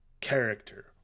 character